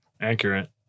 Accurate